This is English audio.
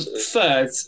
third